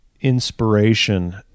inspiration